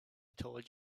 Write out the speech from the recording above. told